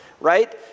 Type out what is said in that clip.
right